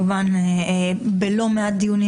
וכמובן בלא מעט דיונים,